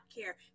care